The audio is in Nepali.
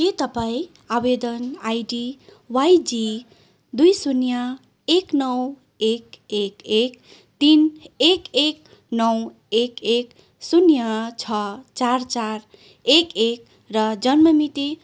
के तपाईँँ आवेदन आइडी वाइजी दुई शून्य एक नौ एक एक एक तिन एक एक नौ एक एक शून्य छ चार चार एक एक र जन्ममिति